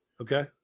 Okay